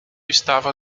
estava